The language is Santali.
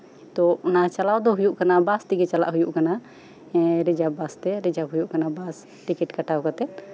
ᱛᱳ ᱪᱟᱞᱟᱣ ᱫᱚ ᱦᱩᱭᱩᱜ ᱠᱟᱱᱟ ᱵᱟᱥ ᱛᱮᱜᱮ ᱪᱟᱞᱟᱣ ᱦᱩᱭᱩᱜ ᱠᱟᱱᱟ ᱨᱤᱡᱟᱨᱵᱷ ᱵᱟᱥ ᱛᱮ ᱨᱤᱡᱟᱨᱵᱷ ᱦᱩᱭᱩᱜ ᱠᱟᱱᱟ ᱵᱟᱥ ᱴᱤᱠᱤᱴ ᱠᱟᱴᱟᱣ ᱠᱟᱛᱮᱜ